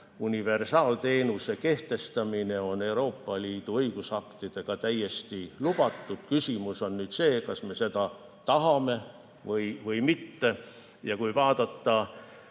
universaalteenuse kehtestamine Euroopa Liidu õigusaktidega täiesti lubatud. Küsimus on nüüd see, kas me seda tahame või mitte. Ja kui vaadata